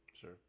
Sure